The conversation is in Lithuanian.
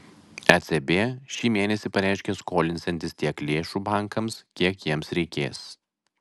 ecb šį mėnesį pareiškė skolinsiantis tiek lėšų bankams kiek jiems reikės